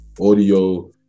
audio